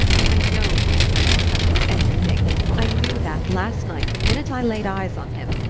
but i know he's told your husband everything i knew that last night the minute i laid eyes on him.